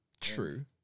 True